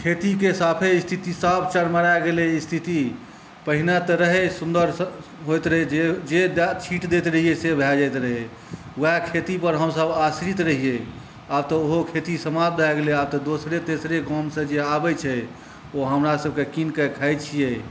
खेतीके साफे स्थिति साफ चरमरायै गेलै स्थिति पहिने तऽ रहै सुन्दर सए होइत रहै जे जएह छीट दैत रहियै वएह भए जायत रहै वएह खेतीपर हमसब आश्रित रहियै आब तऽ ओहो खेतीसब समाप्त भए गेलै आब तऽ दोसरे तेसरे गाम सए जे आबै छै ओ हमरा सबके कीनि कए खाइ छियै